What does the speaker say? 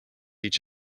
each